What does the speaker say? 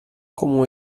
como